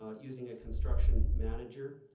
um using a construction manager